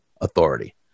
authority